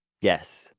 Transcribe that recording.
yes